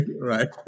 Right